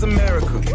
America